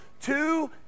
two